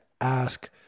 ask